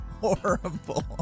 horrible